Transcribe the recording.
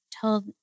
told